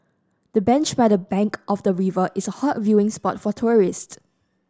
the bench by the bank of the river is a hot viewing spot for tourists